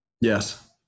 Yes